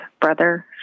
brother